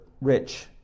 rich